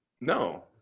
no